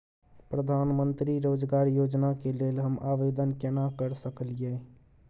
प्रधानमंत्री रोजगार योजना के लेल हम आवेदन केना कर सकलियै?